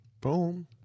Boom